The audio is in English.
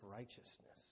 righteousness